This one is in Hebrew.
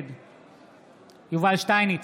נגד יובל שטייניץ,